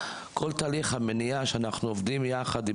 כל תהליך המניעה שאנחנו עובדים יחד עם